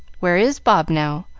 where is bob now?